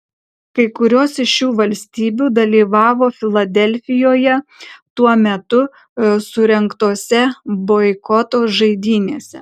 kai kurios iš šių valstybių dalyvavo filadelfijoje tuo metu surengtose boikoto žaidynėse